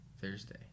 Thursday